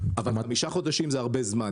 אבל חמישה חודשים זה הרבה זמן.